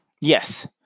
Yes